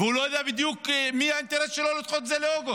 והוא לא יודע בדיוק של מי האינטרס לדחות את זה לאוגוסט.